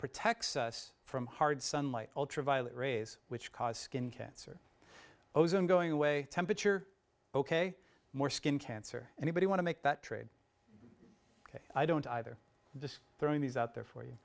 protects us from hard sunlight ultraviolet rays which cause skin cancer ozone going away temperature ok more skin cancer anybody want to make that trade ok i don't either just throwing these out there for you